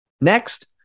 Next